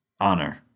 honor